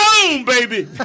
baby